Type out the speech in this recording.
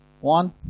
One